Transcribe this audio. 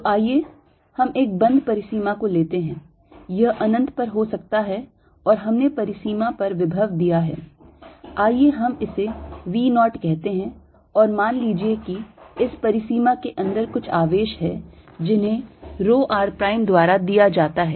तो आइए हम एक बंद परिसीमा को लेते हैं यह अनंत पर हो सकता है और हमने परिसीमा पर विभव दिया है आइए हम इसे V naught कहते हैं और मान लीजिए कि इस परिसीमा के अंदर कुछ आवेश है जिन्हें rho r prime द्वारा दिया जाता है